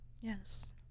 Yes